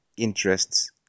Interests